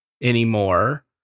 anymore